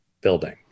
building